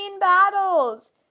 battles